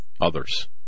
others